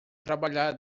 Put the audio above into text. trabalhar